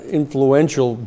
influential